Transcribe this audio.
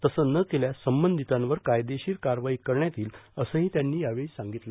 तसं न केल्यास संबंधितांवर कायदेशीर कार्यवाही करण्यात येईल असंही त्यांनी यावेळी सांगितलं